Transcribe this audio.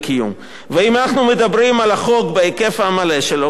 ואם אנחנו מדברים על החוק בהיקף המלא שלו,